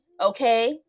okay